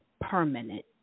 permanent